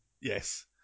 Yes